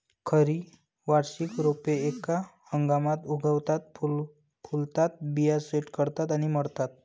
खरी वार्षिक रोपे एका हंगामात उगवतात, फुलतात, बिया सेट करतात आणि मरतात